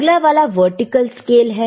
अगला वाला vertical scale है